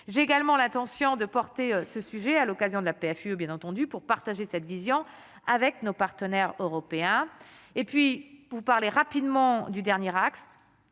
j'ai également l'intention de porter ce sujet à l'occasion de la PFUE bien entendu, pour partager cette vision avec nos partenaires européens et puis pour parler rapidement du dernier axe,